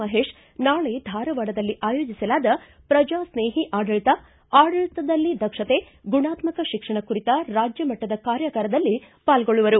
ಮಹೇಶ್ ನಾಳೆ ಧಾರವಾಡದಲ್ಲಿ ಆಯೋಜಿಸಲಾದ ಪ್ರಜಾಸ್ನೇಹಿ ಆಡಳಿತ ಆಡಳಿತದಲ್ಲಿ ದಕ್ಷತೆ ಗುಣಾತ್ಮಕ ಶಿಕ್ಷಣ ಕುರಿತ ರಾಜ್ಯ ಮಟ್ಟದ ಕಾರ್ಯಾಗಾರ ಪಾಲ್ಗೊಳ್ಳುವರು